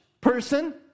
person